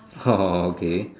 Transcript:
orh okay